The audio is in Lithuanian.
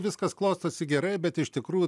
viskas klostosi gerai bet iš tikrųjų